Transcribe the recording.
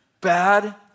bad